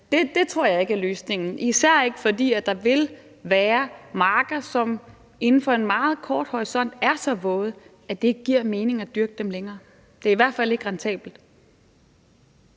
Det tror jeg ikke er løsningen, især ikke, fordi der vil være marker, som inden for en meget kort tidshorisont vil være så våde, at det ikke giver mening at dyrke dem længere. Det er i hvert fald ikke rentabelt.